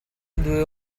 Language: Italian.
due